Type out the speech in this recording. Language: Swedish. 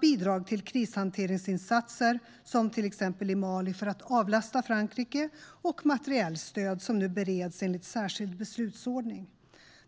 bidrag till krishanteringsinsatser, som till exempel i Mali, för att avlasta Frankrike samt materiellt stöd som nu bereds enligt särskild beslutsordning.